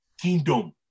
kingdom